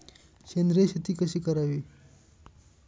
सेंद्रिय शेती कशी करावी?